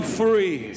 free